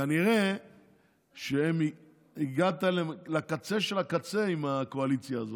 כנראה שהגעת לקצה של הקצה עם הקואליציה הזאת.